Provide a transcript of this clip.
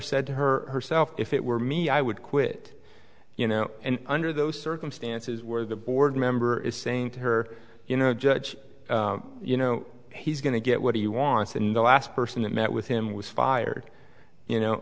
said to her herself if it were me i would quit and under those circumstances where the board member is saying to her you know judge you know he's going to get what he wants and the last person that met with him was fired you